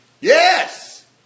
Yes